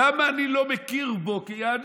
למה אני לא מכיר בו כיהדות?